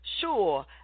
Sure